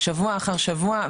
שבוע אחר שבוע,